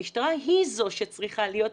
המשטרה היא זו שצריכה להיות,